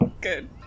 good